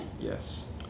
Yes